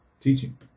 teaching